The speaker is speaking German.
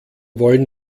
wollen